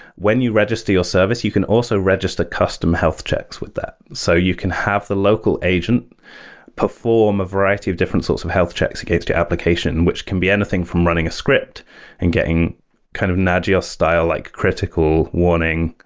when you register your service, you can also register custom health checks with that. so you can have the local agent perform perform a variety of different source of health checks against the application, which can be anything from running a script and getting kind of ah style, like critical warning,